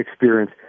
experience